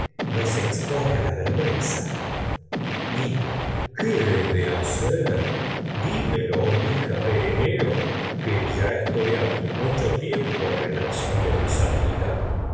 hace secretamente expone la ver güenza liga qué he de hacer dimelo hija de eneo que ya estoy aqui mucho tiempo retrasando mi salida